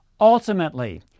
Ultimately